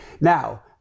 Now